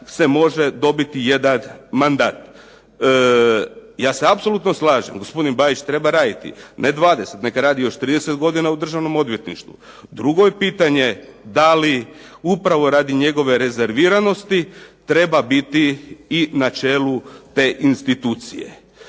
se može dobiti jedan mandat. Ja se apsolutno slažem, gospodin Bajić treba raditi ne 20, neka radi još 30 godina u Državnom odvjetništvu. Drugo je pitanje da li upravo radi njegove rezerviranosti treba biti i na čelu te institucije?